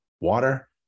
water